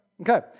Okay